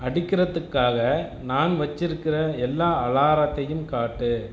அடிக்கிறதுக்காக நான் வச்சிருக்கிற எல்லா அலாரத்தையும் காட்டு